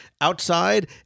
outside